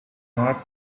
north